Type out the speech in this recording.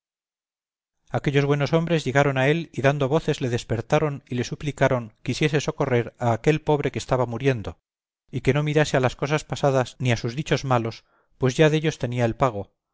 aquellos buenos hombres llegaron a él y dando voces le despertaron y le suplicaron quisiese socorrer a aquel pobre que estaba muriendo y que no mirase a las cosas pasadas ni a sus dichos malos pues ya dellos tenía el pago